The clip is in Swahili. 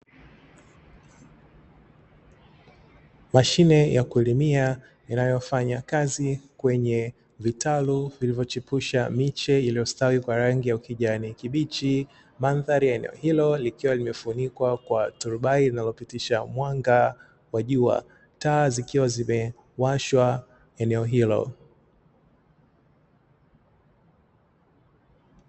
Mashine ya kulimia inayofanya kazi kwenye vitalu vilivyochipusha miche iliyostawi kwa rangi ya ukijani kibichi. Mandhari ya eneo hilo likiwa limefunikwa kwa turubai linalopitisha mwanga wa jua, taa zikiwa zimewashwa eneo hilo.